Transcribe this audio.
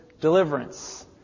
deliverance